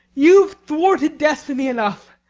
you've thwarted destiny enough.